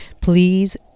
please